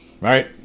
right